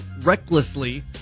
recklessly